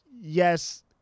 Yes